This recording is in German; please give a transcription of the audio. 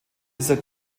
dieser